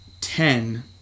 ten